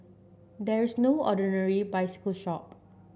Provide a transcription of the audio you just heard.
there is no ordinary bicycle shop